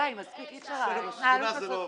הסטטיסטיקה מראה שאחרי משלוח הודעה ראשונה